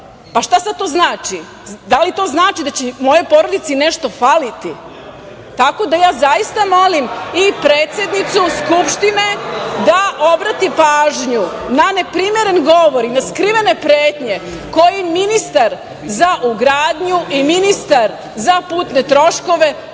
Pa šta sad to znači? Da li to znači da će mojoj porodici nešto faliti? Ja zaista molim i predsednicu Skupštine da obrati pažnju na neprimeren govor i na skrivene pretnje koje ministar za ugradnju i ministar za putne troškove